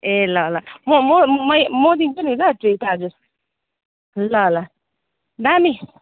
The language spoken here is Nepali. ए ल ल म म मै म दिन्छु नि ल ट्रिट आज ल ल दामी